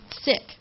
sick